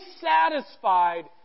satisfied